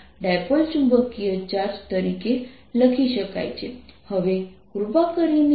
પરંતુ તમે કોઈ પ્રશ્ન ઉભા કરી શકો છો